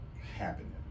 happening